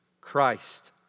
Christ